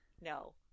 No